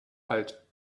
alt